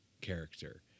character